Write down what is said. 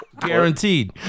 Guaranteed